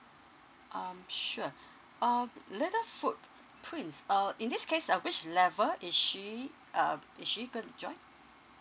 um sure um little footprints uh in this case uh which level is she uh is she going to join